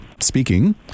speaking